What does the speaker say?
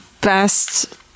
best